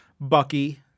Bucky